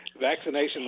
vaccination